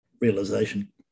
realization